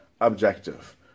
objective